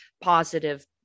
positive